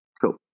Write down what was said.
Cool